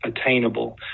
attainable